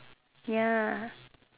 ya